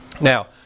Now